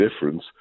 difference